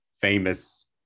famous